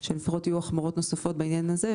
שלפחות יהיו החמרות נוספות בעניין הזה,